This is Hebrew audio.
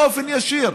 באופן ישיר,